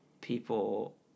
people